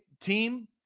team